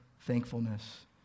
thankfulness